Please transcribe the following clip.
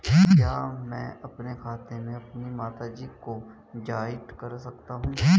क्या मैं अपने खाते में अपनी माता जी को जॉइंट कर सकता हूँ?